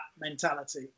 mentality